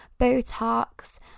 Botox